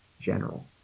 general